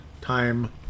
Time